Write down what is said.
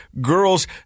girls